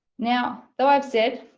now though i've said,